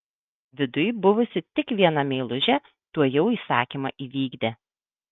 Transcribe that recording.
viduj buvusi tik viena meilužė tuojau įsakymą įvykdė